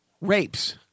rapes